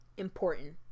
important